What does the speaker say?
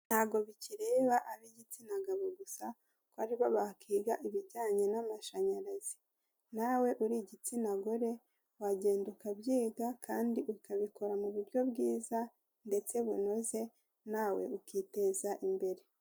Ntago bikireba abigitsina gabo gusa ko aribo bakiga ibijyanye namashanyarazi nawe uri igitsina gore wagenda ukabyiga kandi ukabikora muburyo bwiza ndetse bunoze nawe ukiteza imbere.